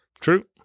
True